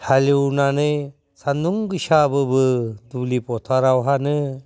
हालेवनानै सान्दुं गोसाबाबो दुलि फोथारावहानो